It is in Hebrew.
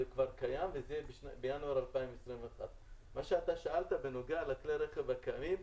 זה כבר קיים וזה בינואר 2021. מה ששאלת בנוגע לכלי הרכב הקיימים,